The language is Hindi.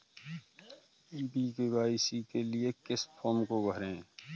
ई के.वाई.सी के लिए किस फ्रॉम को भरें?